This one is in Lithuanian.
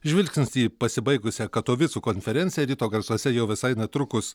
žvilgsnis į pasibaigusią katovicų konferenciją ryto garsuose jau visai netrukus